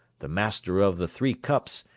the master of the three cups,